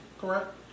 correct